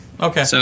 Okay